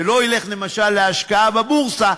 ולא ילך למשל להשקעה בבורסה,